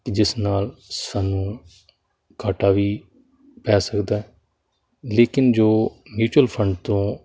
ਕਿ ਜਿਸ ਨਾਲ ਸਾਨੂੰ ਘਾਟਾ ਵੀ ਪੈ ਸਕਦਾ ਹੈ ਲੇਕਿਨ ਜੋ ਮਯੂਚੁਅਲ ਫੰਡ ਤੋਂ